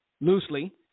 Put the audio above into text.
loosely